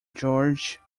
george